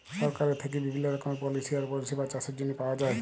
সরকারের থ্যাইকে বিভিল্ল্য রকমের পলিসি আর পরিষেবা চাষের জ্যনহে পাউয়া যায়